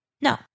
no